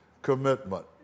Commitment